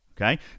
Okay